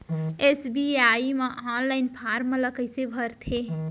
SBI म online form ल कइसे भरथे?